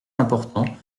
important